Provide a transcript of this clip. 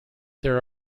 there